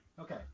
okay